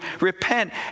repent